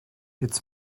its